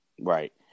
Right